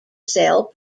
cell